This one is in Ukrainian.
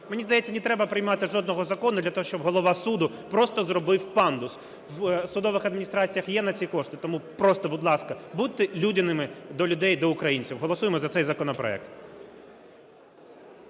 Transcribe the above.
Мені здається, не треба приймати жодного закону для того, щоб голова суду просто зробив пандус. В судових адміністраціях є на це кошти, тому просто, будь ласка, будьте людяними до людей, до українців. Голосуємо за цей законопроект.